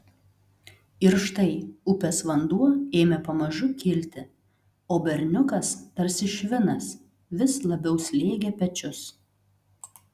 ir štai upės vanduo ėmė pamažu kilti o berniukas tarsi švinas vis labiau slėgė pečius